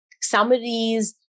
summaries